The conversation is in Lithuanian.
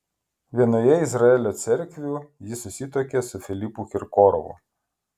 vienoje izraelio cerkvių ji susituokė su filipu kirkorovu